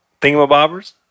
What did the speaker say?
Thingamabobbers